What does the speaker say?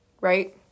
right